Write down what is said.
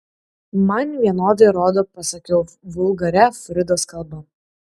man vienodai rodo pasakiau vulgaria fridos kalba